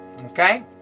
Okay